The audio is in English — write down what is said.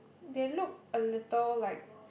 they look a little like